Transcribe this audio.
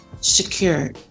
secure